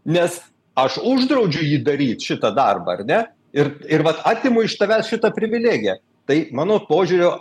nes aš uždraudžiu jį daryt šitą darbą ar ne ir ir vat atimu iš tavęs šitą privilegiją tai mano požiūriu